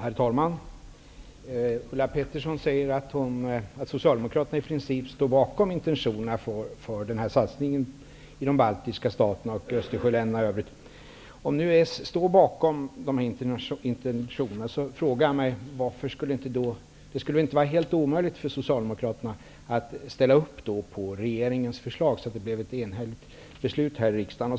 Herr talman! Ulla Pettersson säger att Socialdemokraterna i princip står bakom intentionerna i satsningen för de baltiska staterna och Östersjöländerna i övrigt. Om ni nu gör det, frågar jag mig om det skulle vara helt omöjligt för Socialdemokraterna att ställa sig bakom regeringens förslag så att det blev ett enhälligt beslut i riksdagen och